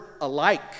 alike